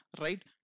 right